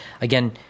again